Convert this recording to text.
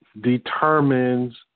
determines